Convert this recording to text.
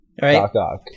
right